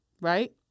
Right